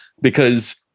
because-